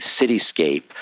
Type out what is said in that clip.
cityscape